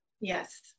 Yes